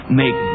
make